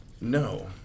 No